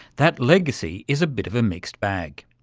that legacy is a bit of a mixed bag.